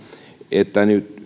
että nyt